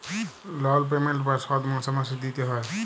লল পেমেল্ট বা শধ মাসে মাসে দিইতে হ্যয়